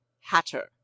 hatter